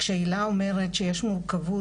שכהילה אומרת שיש מורכבות,